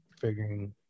figuring